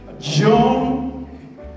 John